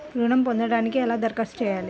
ఋణం పొందటానికి ఎలా దరఖాస్తు చేయాలి?